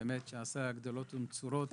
שעשה גדולות ונצורות